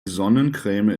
sonnencreme